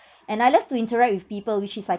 and I love to interact with people which is I